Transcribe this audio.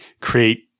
create